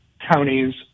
counties